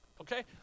Okay